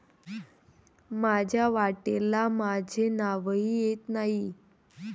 माझ्या वाट्याला माझे नावही येत नाही